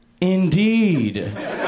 Indeed